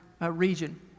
region